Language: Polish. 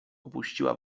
opuściła